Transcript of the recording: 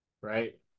right